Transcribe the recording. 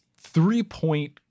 three-point